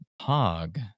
hog